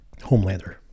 Homelander